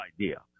idea